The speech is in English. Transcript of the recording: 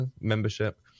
membership